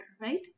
right